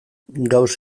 gauss